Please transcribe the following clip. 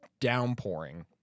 downpouring